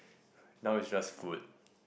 now it's just food